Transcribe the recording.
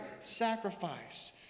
sacrifice